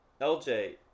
LJ